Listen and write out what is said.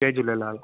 Jay Jhulelal